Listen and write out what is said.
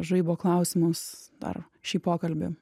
žaibo klausimus dar šį pokalbį